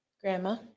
grandma